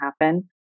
happen